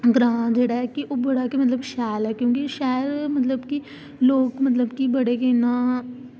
ते ग्रांऽ ते ओह् मतलब की बड़ा गै शैल ऐ इन्नी शैल मतलब की लोग इंया बड़े इंया